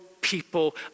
people